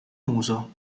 muso